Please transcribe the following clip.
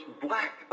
black